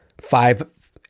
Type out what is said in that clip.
five